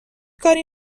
کاری